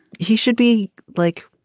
he should be like.